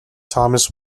thomas